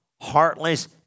heartless